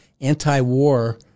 anti-war